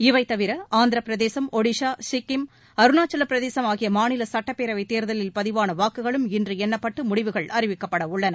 இவை தவிர ஆந்திரப்பிரதேசம் ஒடிஷா சிக்கிம் அருணாச்சலப் பிரதேசம் ஆகிய மாநில சுட்டப்பேரவைத் தேர்தலில் பதிவான வாக்குகளும் இன்று எண்ணப்பட்டு முடிவுகள் அறிவிக்கப்பட உள்ளன